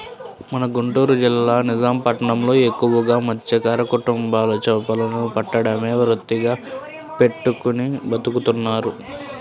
మన గుంటూరు జిల్లా నిజాం పట్నంలో ఎక్కువగా మత్స్యకార కుటుంబాలు చేపలను పట్టడమే వృత్తిగా పెట్టుకుని బతుకుతున్నారు